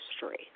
history